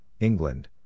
England